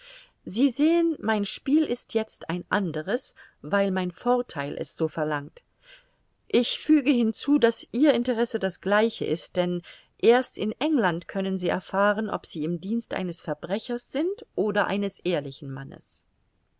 sie sehen mein spiel ist jetzt ein anderes weil mein vortheil es so verlangt ich füge hinzu daß ihr interesse das gleiche ist denn erst in england können sie erfahren ob sie im dienst eines verbrechers sind oder eines ehrlichen mannes